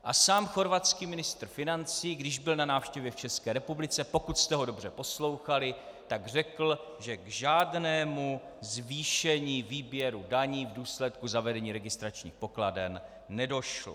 A sám chorvatský ministr financí, když byl na návštěvě v České republice, pokud jste ho dobře poslouchali, řekl, že k žádnému zvýšení výběru daní v důsledku zavedení registračních pokladen nedošlo.